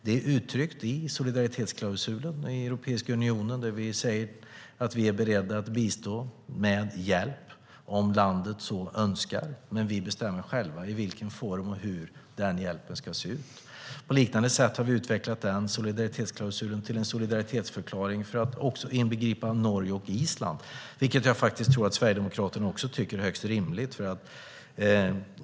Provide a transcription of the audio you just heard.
Detta är uttryckt i solidaritetsklausulen i Lissabonfördraget där vi säger att vi är beredda att bistå med hjälp om landet så önskar men att vi själva bestämmer hur den hjälpen ska se ut. Solidaritetsklausulen har utvecklats till en solidaritetsförklaring för att också inbegripa Norge och Island, vilket jag tror att Sverigedemokraterna också tycker är högst rimligt.